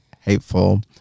Hateful